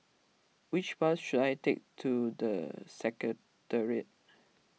which bus should I take to the Secretariat